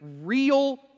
real